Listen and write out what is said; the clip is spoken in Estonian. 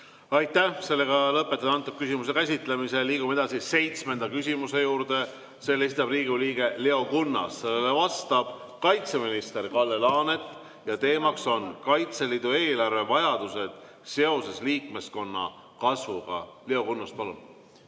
Aitäh! Lõpetan selle küsimuse käsitlemise. Liigume edasi seitsmenda küsimuse juurde. Selle esitab Riigikogu liige Leo Kunnas, sellele vastab kaitseminister Kalle Laanet ja teema on Kaitseliidu eelarve vajadused seoses liikmeskonna kasvuga. Leo Kunnas, palun!